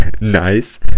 nice